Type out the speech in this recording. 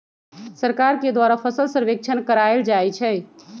सरकार के द्वारा फसल सर्वेक्षण करायल जाइ छइ